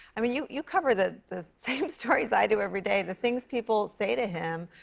i mean, you you cover the the same stories i do every day. the things people say to him,